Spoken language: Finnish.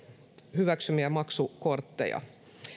hyväksymiä maksukortteja